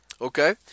okay